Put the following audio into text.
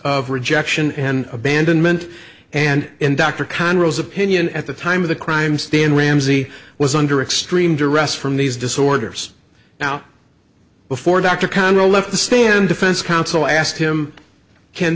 of rejection and abandonment and in dr khan rose of pinion at the time of the crime stan ramsey was under extreme duress from these disorders now before dr congo left the stand defense counsel asked him can